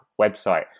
website